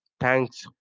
Thanks